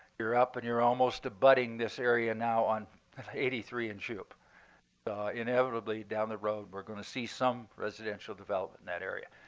you're up and you're almost abutting this area now on eighty three and shoup. so inevitably down the road, we're going to see some residential development in that area.